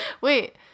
Wait